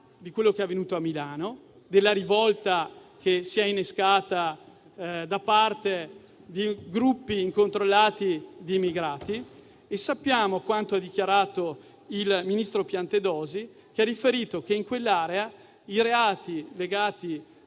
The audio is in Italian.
quello che è avvenuto a Milano, con la rivolta innescata da gruppi incontrollati di immigrati, e sappiamo quanto ha dichiarato il ministro Piantedosi, che ha riferito che in quell'area i reati legati